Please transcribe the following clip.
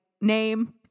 name